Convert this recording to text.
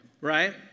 Right